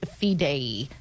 fidei